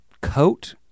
coat